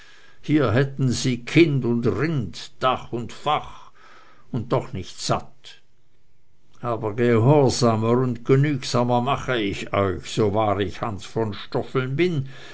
hier hätten sie kind und rind dach und fach und doch nicht satt aber gehorsamer und genügsamer mache ich euch so wahr ich hans von stoffeln bin